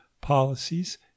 policies